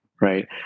right